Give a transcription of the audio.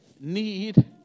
need